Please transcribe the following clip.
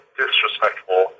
disrespectful